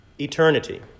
eternity